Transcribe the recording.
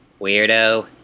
Weirdo